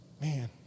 Man